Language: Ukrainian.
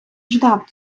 ждав